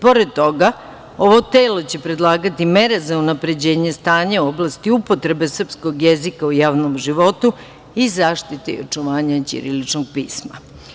Pored toga, ovo telo će predlagati mere za unapređenje stanja u oblasti upotrebe srpskog jezika u javnom životu i zaštiti očuvanja ćiriličnog pisma.